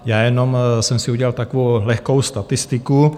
Já jenom jsem si udělal takovou lehkou statistiku.